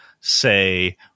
say